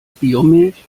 biomilch